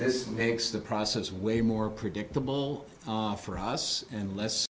this makes the process way more predictable for us and less